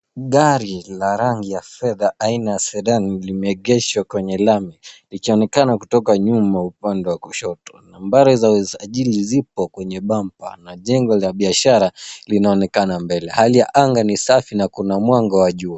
Gari la rangi ya fedha aina ya Sedan limeegeshwa kwenye lami likionekana kutoka nyuma upande wa kushoto. Nambari za usajili zipo kwenye bumper na jengo za biashara linaonekana mbele. Hali ya anga ni safi na kuna mwanga wa jua.